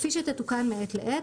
כפי שתתוקן מעת לעת,